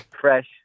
fresh